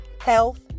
health